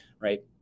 right